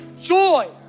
joy